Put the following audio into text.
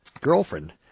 girlfriend